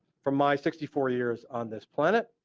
from my sixty four years on this planet.